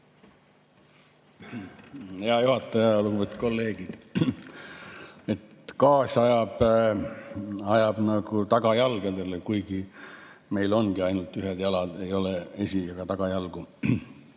Hea juhataja! Lugupeetud kolleegid! Gaas ajab tagajalgadele, kuigi meil ongi ainult ühed jalad, ei ole esi- ega tagajalgu.